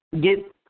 get